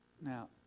Now